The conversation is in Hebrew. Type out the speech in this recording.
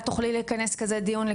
את תוכלי לכנס על זה דיון,